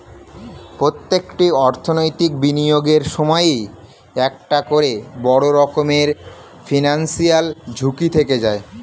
প্রত্যেকটি অর্থনৈতিক বিনিয়োগের সময়ই একটা করে বড় রকমের ফিনান্সিয়াল ঝুঁকি থেকে যায়